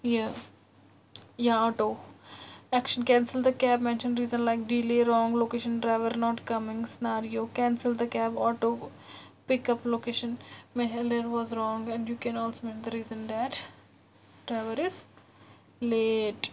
یہِ یا auto action cancel the cab mention reason like delay wrong location driver not coming scenario cancel the cab auto pick up location was wrong and you can also the reason that driver is late